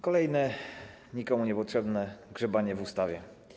Kolejne nikomu niepotrzebne grzebanie w ustawie.